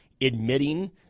admitting